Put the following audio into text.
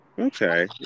Okay